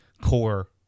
core